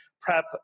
PrEP